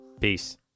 Peace